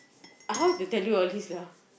how to tell you all this lah